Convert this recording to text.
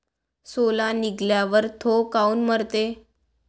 सोला निघाल्यावर थो काऊन मरते?